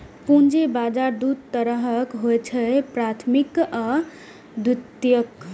पूंजी बाजार दू तरहक होइ छैक, प्राथमिक आ द्वितीयक